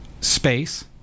space